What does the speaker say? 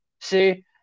See